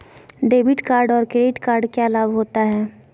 Debit card और credit card क्या लाभ होता है?